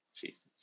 Jesus